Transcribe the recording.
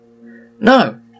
No